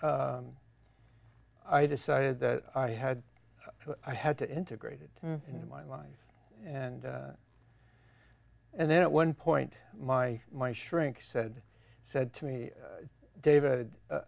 and i decided that i had i had to integrated into my life and and then at one point my my shrink said said to me david